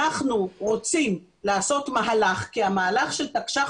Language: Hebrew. אנחנו רוצים לעשות מהלך כי המהלך של תקש"ח